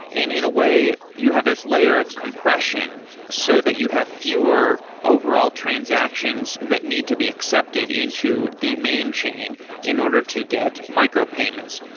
and in a way you have this layer of compression so that you have fewer overall transactions that need to be accepted into the main chain in order to get micropayments,